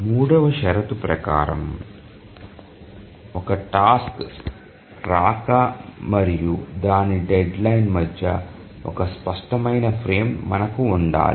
మూడవ షరతు ప్రకారం ఒక టాస్క్ రాక మరియు దాని డెడ్లైన్ మధ్య ఒక స్పష్టమైన ఫ్రేమ్ మనకు ఉండాలి